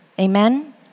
Amen